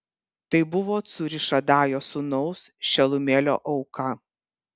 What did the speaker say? tai buvo cūrišadajo sūnaus šelumielio auka